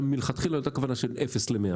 מלכתחילה לא הייתה כוונה של אפס ל-100,